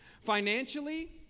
financially